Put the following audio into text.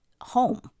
home